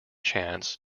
chance